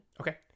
okay